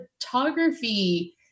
Photography